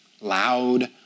loud